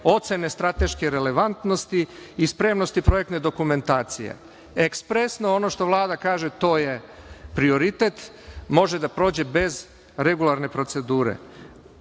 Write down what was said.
ocene strateške relevantnosti i spremnosti projektne dokumentacije. Ekspresno ono što Vlada kaže to je prioritet, može da prođe bez regularne procedure. Između